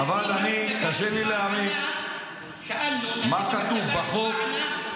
אבל קשה לי להאמין --- נציג מהמפלגה שלך ענה,